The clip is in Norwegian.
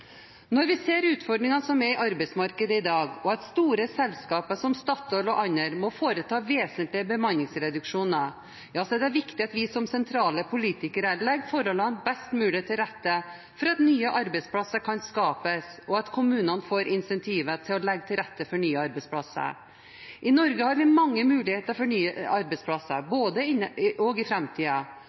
Når vi ser utfordringene som er i arbeidsmarkedet i dag, og at store selskaper som Statoil og andre må foreta vesentlige bemanningsreduksjoner, er det viktig at vi som sentrale politikere legger forholdene best mulig til rette for at nye arbeidsplasser kan skapes, og at kommunene får incentiver til å legge til rette for nye arbeidsplasser. I Norge har vi mange muligheter for nye arbeidsplasser også i framtiden, både innen havbruk, mineralnæring, landbruk og